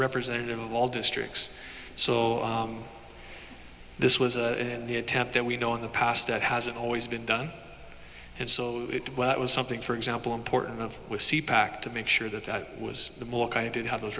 representative of all districts so this was a in the attempt that we know in the past that hasn't always been done and so that was something for example important to make sure that i was the more i did have those